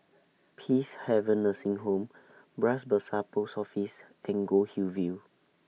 Peacehaven Nursing Home Bras Basah Post Office and Goldhill View